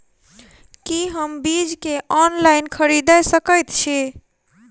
की हम बीज केँ ऑनलाइन खरीदै सकैत छी?